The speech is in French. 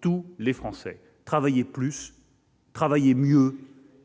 tous les Français : travailler plus, travailler mieux